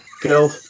Girl